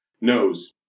Nose